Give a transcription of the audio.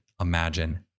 Imagine